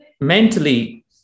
mentally